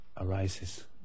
arises